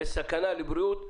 ויש סכנה לבריאות,